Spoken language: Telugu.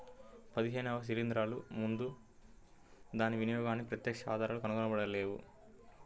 పదిహేనవ శిలీంద్రాలు ముందు దాని వినియోగానికి ప్రత్యక్ష ఆధారాలు కనుగొనబడలేదు